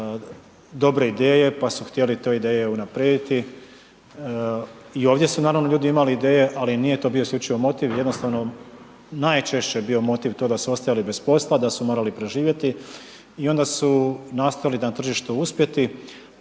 dobre ideje pa su htjeli te ideje unaprijediti. I ovdje su naravno ljudi imali ideje, ali nije to bio isključivi motiv, jednostavno najčešće je bio motiv da su ostajali bez posla, da su morali preživjeti i onda su nastojali na tržištu uspjeti,